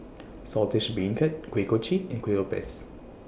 Saltish Beancurd Kuih Kochi and Kuih Lopes